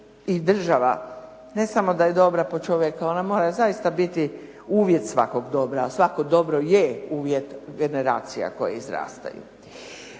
i država, ne samo da je dobra po čovjeka, ona mora zaista biti uvjet svakog dobra, a svako dobro je uvjet generacija koje izrastaju.